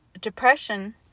depression